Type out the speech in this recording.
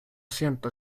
siento